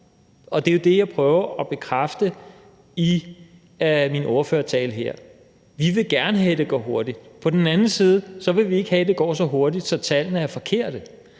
og det er det, jeg prøver at bekræfte i min ordførertale her. Vi vil gerne have, at det går hurtigt. På den anden side vil vi ikke have, at det går så hurtigt, at tallene er forkerte.